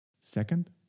Second